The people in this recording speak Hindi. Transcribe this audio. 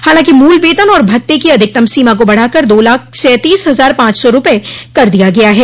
हालांकि मूल वेतन और भत्ते की कुल सीमा को बढ़ाकर दो लाख सैतीस हजार पाँच सौ रूपये कर दिया गया है